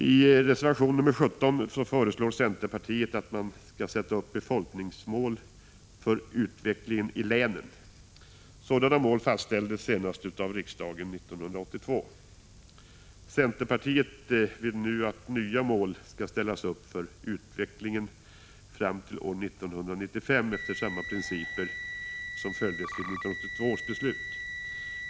I reservation nr 17 föreslår centerpartiet att man skall sätta upp befolkningsmål för utvecklingen i länen. Sådana mål fastställdes av riksdagen senast 1982. Centerpartiet vill nu att nya mål skall ställas upp för utvecklingen fram till år 1995 och att man då skall följa samma principer som gällde vid 1982 års beslut.